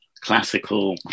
classical